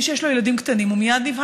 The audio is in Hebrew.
מי שיש לו ילדים, הוא מייד נבהל.